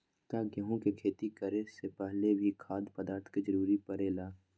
का गेहूं के खेती करे से पहले भी खाद्य पदार्थ के जरूरी परे ले?